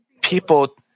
People